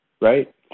right